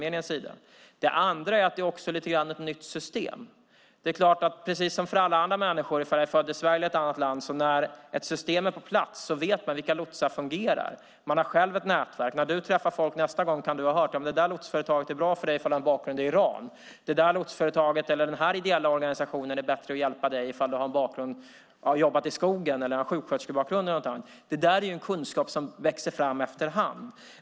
Den andra är att det är ett nytt system. Vare sig man är född i Sverige eller i ett annat land är det så att när ett system är på plats vet man vilka lotsar som fungerar. Man har själv ett nätverk. När Shadiye Heydari träffar folk nästa gång kan hon ha hört att det lotsföretaget är bra om man har en bakgrund i Iran eller att det lotsföretaget eller den ideella organisationen är bättre på att hjälpa människor om de har jobbat i skogen eller har en sjuksköterskebakgrund. Det är en kunskap som växer fram efter hand.